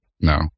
no